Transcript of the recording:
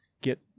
get